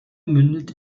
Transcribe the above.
mündet